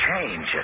change